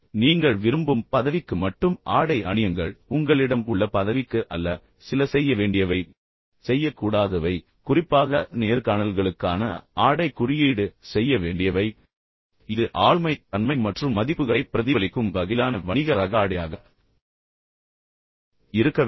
எனவே நீங்கள் விரும்பும் பதவிக்கு மட்டும் ஆடை அணியுங்கள் உங்களிடம் உள்ள பதவிக்கு அல்ல சில செய்ய வேண்டியவை செய்யக் கூடாதவை குறிப்பாக நேர்காணல்களுக்கான ஆடைக் குறியீடு செய்ய வேண்டியவை இது உங்கள் ஆளுமை தன்மை மற்றும் மதிப்புகளை பிரதிபலிக்கும் வகையிலான வணிக ரக ஆடையாக இருக்க வேண்டும்